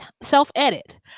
self-edit